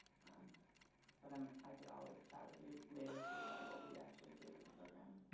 um but um i could always chat with you later too about what we actually do in the program.